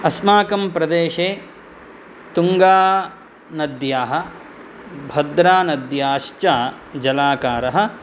अस्माकं प्रदेशे तुङ्गानद्याः भद्रानद्याश्च जलागारः